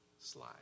slide